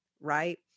right